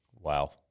Wow